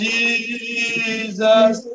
Jesus